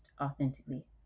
authentically